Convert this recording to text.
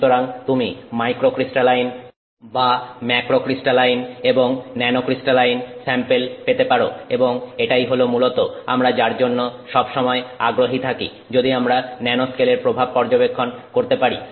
সুতরাং তুমি মাইক্রোক্রিস্টালাইন বা ম্যাক্রোক্রিস্টালাইন এবং ন্যানোক্রিস্টালাইন স্যাম্পেল পেতে পারো এবং এটাই হলো মূলত আমরা যার জন্য সব সময় আগ্রহী থাকি যদি আমরা ন্যানো স্কেলের প্রভাব পর্যবেক্ষণ করতে পারি